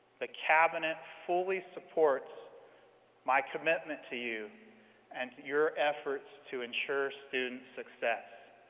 the cabinet fully supports my commitment to you and your efforts to ensure student success.